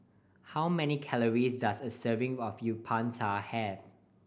how many calories does a serving of Uthapam have